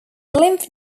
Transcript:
lymph